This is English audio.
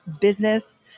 business